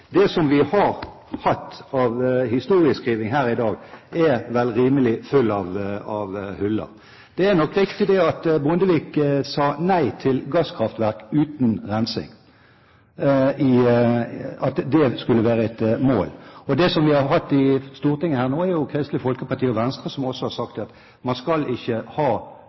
politikk. Det vi har hatt av historieskriving her i dag, er rimelig full av hull. Det er nok riktig at Bondevik sa nei til gasskraftverk uten rensing, at det skulle være et mål. I Stortinget her nå har Kristelig Folkeparti og Venstre også sagt at man ikke skal ha